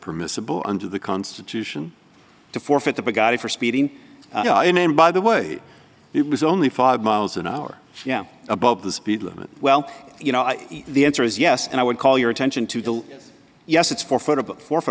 permissible under the constitution to forfeit the big guy for speeding and by the way it was only five miles an hour yeah above the speed limit well you know the answer is yes and i would call your attention to the yes it's for